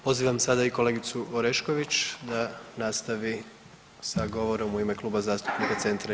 Pozivam sada i kolegicu Orešković da nastavi sa govorom u ime Kluba zastupnika Centra i